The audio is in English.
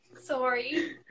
Sorry